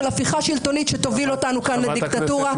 של הפיכה שלטונית שתוביל אותנו כאן לדיקטטורה,